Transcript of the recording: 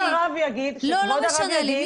-- זה מאוד פשוט שכבוד הרב יגיד -- לא משנה לי.